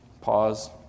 Pause